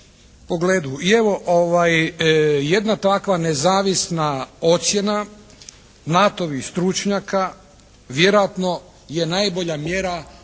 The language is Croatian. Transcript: I evo jedna takva nezavisna ocjena NATO-vih stručnjaka vjerojatno je najbolja mjera